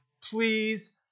please